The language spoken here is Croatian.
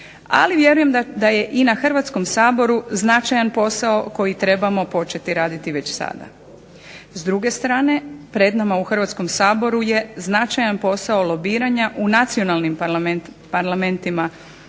ali vjerujem da je i na Hrvatskom saboru značajan posao koji trebamo početi raditi već sada. S druge strane, pred nama u Hrvatskom saboru je značajan posao lobiranja u nacionalnim Parlamentima